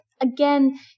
again